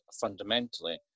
fundamentally